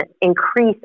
increase